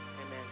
amen